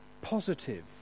positive